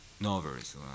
novels